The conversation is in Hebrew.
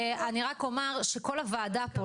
אני רק אומר שכל הוועדה פה,